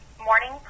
morning